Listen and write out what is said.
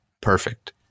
perfect